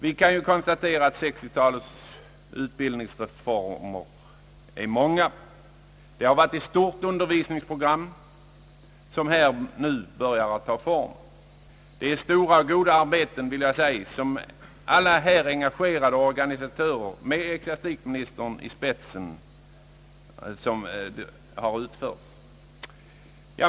Vi kan konstatera att 1960-talets utbildningsreformer är många. Ett stort undervisningsprogram börjar ta form. Stora och goda arbeten har utförts av alla här engagerade organisatörer, med ecklesiastikministern i spetsen.